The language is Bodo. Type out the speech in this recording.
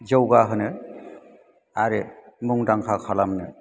जौगाहोनो आरो मुंदांखा खालामनो